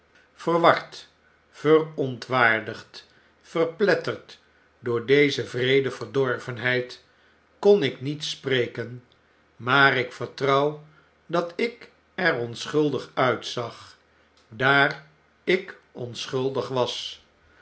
verward verontwaardigd verpletterd door deze wreede verdorvenheid kon ik niet spreken maar ik vertrouw dat ik er onschuldig uitzag daar ik onschuldig was